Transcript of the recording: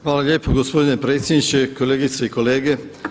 Hvala lijepo gospodine predsjedniče, kolegice i kolege.